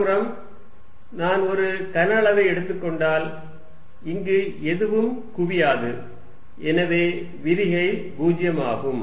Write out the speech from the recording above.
மறுபுறம் நான் ஒரு கன அளவை எடுத்துக் கொண்டால் இங்கு எதுவும் குவியாது எனவே விரிகை 0 ஆகும்